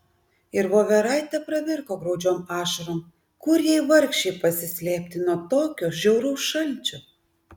ir voveraitė pravirko graudžiom ašarom kur jai vargšei pasislėpti nuo tokio žiauraus šalčio